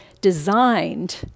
designed